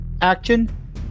Action